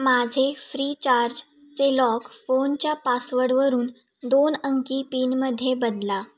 माझे फ्रीचार्ज चे लॉक फोनच्या पासवडवरून दोन अंकी पिनमध्ये बदला